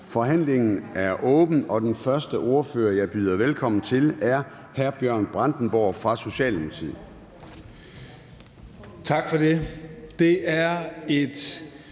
Forhandlingen er åbnet. Den første ordfører, jeg byder velkommen til, er hr. Bjørn Brandenborg fra Socialdemokratiet.